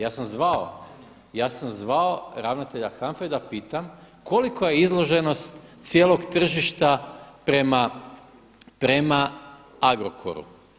Ja sam zvao, ja sam zvao ravnatelja HANFA-e da pitam kolika je izloženost cijelog tržišta prema Agrokoru.